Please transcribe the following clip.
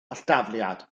alldafliad